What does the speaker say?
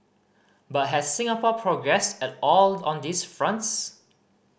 but has Singapore progressed at all on these fronts